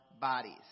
bodies